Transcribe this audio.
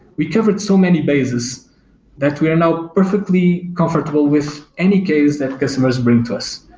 we covered so many bases that we are not perfectly comfortable with any case that customers bring to us.